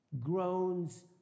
groans